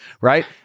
right